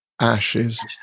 ashes